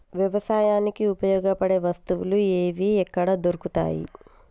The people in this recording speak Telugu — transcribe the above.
వ్యవసాయానికి ఉపయోగపడే వస్తువులు ఏవి ఎక్కడ దొరుకుతాయి?